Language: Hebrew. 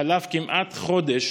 חלף כמעט חודש